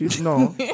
No